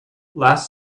last